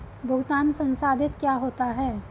भुगतान संसाधित क्या होता है?